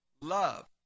love